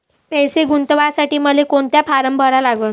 पैसे गुंतवासाठी मले कोंता फारम भरा लागन?